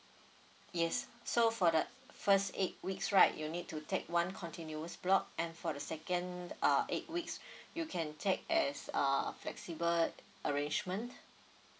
yes so for the first eight weeks right you need to take one continuous block and for the second uh eight weeks you can take as uh flexible arrangement